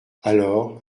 alors